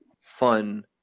fun